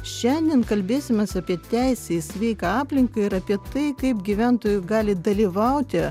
šiandien kalbėsimės apie teisę į sveiką aplinką ir apie tai kaip gyventojai gali dalyvauti